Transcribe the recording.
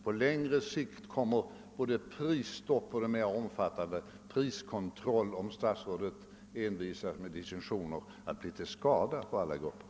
På längre sikt kommer både prisstopp och en mera omfattande priskontroll, om statsrådet envisas med distinktioner i detta sammanhang, att bli till skada för alla grupper.